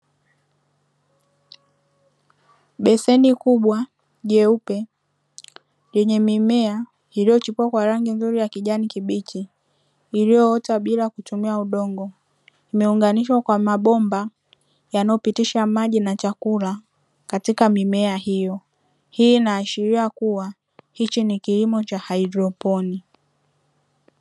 Beseni kubwa, jeupe, lenye mimea iliyochipua kwa rangi nzuri ya kijani kibichi; iliyoota bila kutumia udongo, imeunganishwa kwa mabomba yanayopitisha maji na chakula katika mimea hiyo. Hii inaashiria kuwa hichi ni kilimo cha haidroponi.